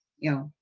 you know,